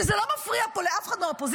וזה לא מפריע פה לאף אחד מהאופוזיציה?